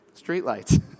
streetlights